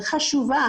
אבל חשובה